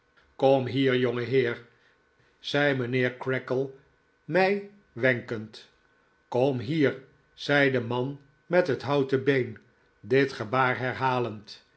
kom hier jongeheer zei mijnheer creakle mij wenkend david copperfield kom hier zei de man met het houten been dit gebaar herhalend